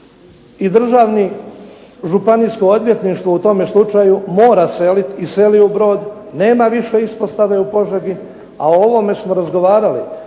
državno županijsko odvjetništvo u tome slučaju mora seliti i seli u Brod, nema više ispostave u Požegi. A o ovome smo razgovarali